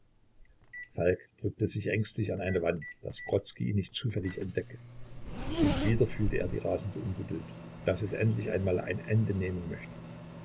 falk drückte sich ängstlich an eine wand daß grodzki ihn nicht zufällig entdecke und wieder fühlte er die rasende ungeduld daß es endlich einmal ein ende nehmen möchte